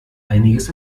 einiges